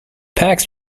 pax